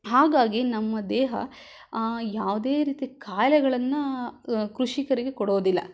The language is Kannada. ಹಾಗಾಗಿ ನಮ್ಮ ದೇಹ ಯಾವುದೇ ರೀತಿ ಖಾಯಿಲೆಗಳನ್ನು ಕೃಷಿಕರಿಗೆ ಕೊಡೋದಿಲ್ಲ